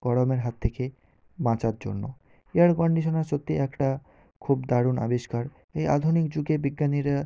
গরমের হাত থেকে বাঁচার জন্য এয়ার কন্ডিশনার সত্যি একটা খুব দারুণ আবিষ্কার এই আধুনিক যুগের বিজ্ঞানীরা